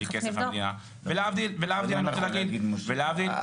בלי כסף מהמדינה ולהבדיל אני רוצה להגיד -- רגע,